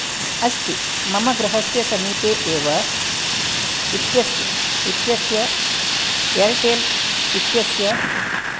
अस्ति मम गृहस्य समीपे एव इत्यस्य इत्यस्य एर्टेल् इत्यस्य